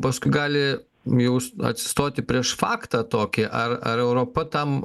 paskui gali jau atsistoti prieš faktą tokį ar ar europa tam